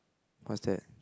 what's that